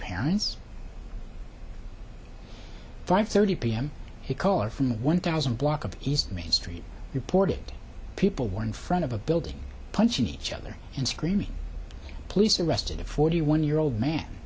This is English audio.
parents five thirty p m he caller from a one thousand block of east main street reported people were in front of a building punching each other and screaming police arrested a forty one year old man